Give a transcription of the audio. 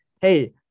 hey